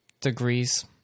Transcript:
degrees